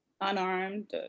unarmed